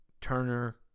Turner